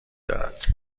دارد